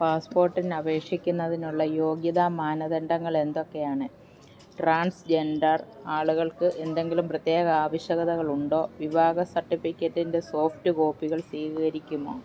പാസ്പ്പോട്ടിന് അപേക്ഷിക്കുന്നതിനുള്ള യോഗ്യതാ മാനദണ്ഡങ്ങൾ എന്തൊക്കെയാണ് ട്രാൻസ്ജൻ്റർ ആളുകൾക്ക് എന്തെങ്കിലും പ്രത്യേക ആവശ്യകതകളുണ്ടോ വിവാഹ സർട്ടിഫിക്കറ്റിൻ്റെ സോഫ്റ്റ് കോപ്പികൾ സ്വീകരിക്കുമോ